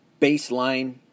baseline